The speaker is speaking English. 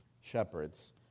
shepherds